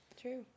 True